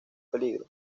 peligro